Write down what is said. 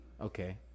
Okay